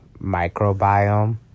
microbiome